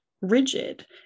rigid